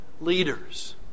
leaders